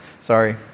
sorry